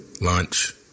lunch